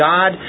God